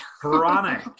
Chronic